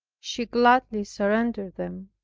she gladly surrendered them,